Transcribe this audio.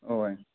اَوَے